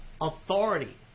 authority